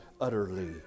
utterly